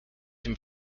dem